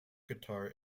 guitar